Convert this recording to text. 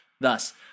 Thus